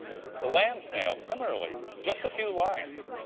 the land snail, similarly, just a few lines,